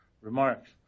remarks